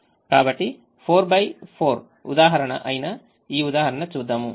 కాబట్టి 4 4 ఉదాహరణ అయిన ఈ ఉదాహరణ చూద్దాము